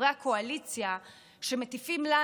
חברי הקואליציה שמטיפים לנו,